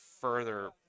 further